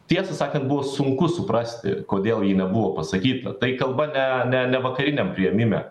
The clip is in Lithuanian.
tiesą sakant buvo sunku suprasti kodėl ji nebuvo pasakyta tai kalba ne ne vakariniam priėmime